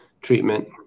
treatment